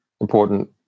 important